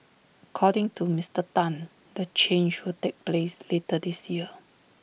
according to Mister Tan the change will take place later this year